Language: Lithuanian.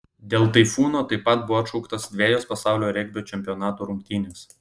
dėl taifūno taip pat buvo atšauktos dvejos pasaulio regbio čempionato rungtynės